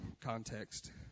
context